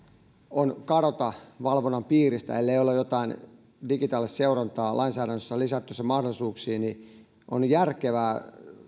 on kadota valvonnan piiristä ellei ole jotain digitaalista seurantaa lainsäädännössä on lisätty se mahdollisuuksiin on järkevää